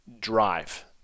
drive